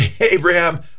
Abraham